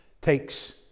takes